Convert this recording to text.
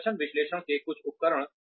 प्रदर्शन विश्लेषण के कुछ उपकरण